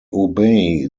obey